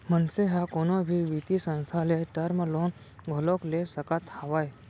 मनसे ह कोनो भी बित्तीय संस्था ले टर्म लोन घलोक ले सकत हावय